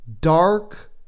dark